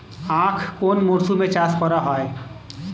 আখ কোন মরশুমে চাষ করা হয়?